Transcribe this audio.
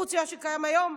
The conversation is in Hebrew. חוץ ממה שקיים היום,